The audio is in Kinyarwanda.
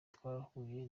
twarahuye